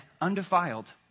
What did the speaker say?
undefiled